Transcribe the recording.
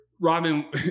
Robin